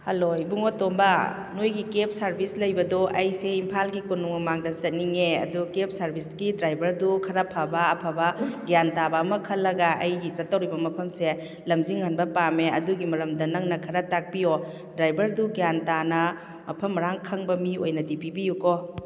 hello ꯏꯕꯨꯡꯉꯣ ꯇꯣꯝꯕ ꯅꯣꯏꯒꯤ ꯀꯦꯕ ꯁꯔꯚꯤꯁ ꯂꯩꯕꯗꯣ ꯑꯩꯁꯦ ꯏꯝꯐꯥꯜꯒꯤ ꯀꯣꯅꯨꯡ ꯃꯃꯥꯡꯗ ꯆꯠꯅꯤꯡꯉꯦ ꯑꯗꯨ ꯀꯦꯕ ꯁꯔꯚꯤꯁꯀꯤ ꯗ꯭ꯔꯥꯏꯚꯔꯗꯨ ꯈꯔ ꯐꯕ ꯑꯐꯕ ꯒ꯭ꯌꯥꯟ ꯇꯥꯕ ꯑꯃ ꯈꯜꯂꯒ ꯑꯩꯒꯤ ꯆꯠꯇꯧꯔꯤꯕ ꯃꯐꯝꯁꯦ ꯂꯝꯖꯤꯡꯍꯟꯕ ꯄꯥꯝꯃꯦ ꯑꯗꯨꯒꯤ ꯃꯔꯝꯗ ꯅꯪꯅ ꯈꯔ ꯇꯥꯛꯄꯤꯌꯣ ꯗ꯭ꯔꯥꯏꯚꯔꯗꯨ ꯒ꯭ꯌꯥꯟ ꯇꯥꯅ ꯃꯐꯝ ꯃꯔꯥꯡ ꯈꯪꯕ ꯃꯤ ꯑꯣꯏꯅꯗꯤ ꯄꯤꯕꯤꯌꯨꯀꯣ